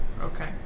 Okay